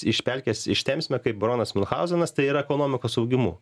iš pelkės ištempsime kaip baronas miunchauzenas tai yra ekonomikos augimu